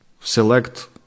select